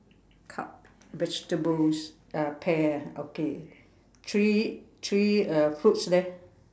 cut vegetables uh pear ah okay three three uh fruits there